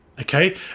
okay